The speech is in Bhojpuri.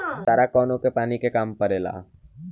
सारा कौनो के पानी के काम परेला